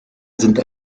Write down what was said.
sind